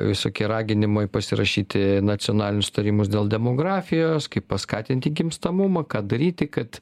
visokie raginimai pasirašyti nacionalinius sutarimus dėl demografijos kaip paskatinti gimstamumą ką daryti kad